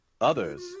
others